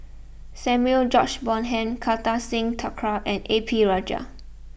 Samuel George Bonham Kartar Singh Thakral and A P Rajah